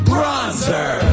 Bronzer